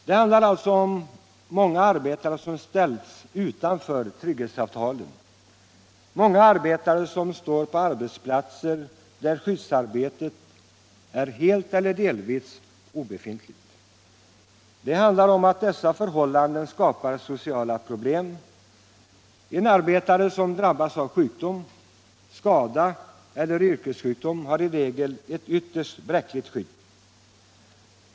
Det handlar alltså om många arbetare som ställs utanför trygghetsavtalen, många arbetare som står på arbetsplatser där skyddsarbetet är helt eller delvis obefintligt. Det handlar om att dessa förhållanden skapar stora sociala problem. En arbetare som drabbas av sjukdom, skada eller yrkessjukdom har i regel ett ytterst bräckligt skydd.